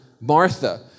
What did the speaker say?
Martha